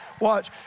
Watch